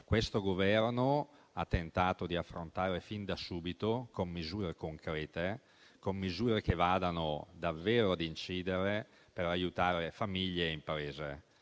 questo Governo ha tentato di affrontare fin da subito, con misure concrete, che vadano davvero ad incidere per aiutare le famiglie e le imprese.